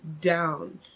down